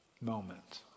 moment